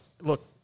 look